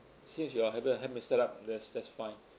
since you all help help me set up that's that's fine